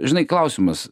žinai klausimas